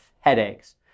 headaches